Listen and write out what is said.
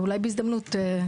אולי בהזדמנות.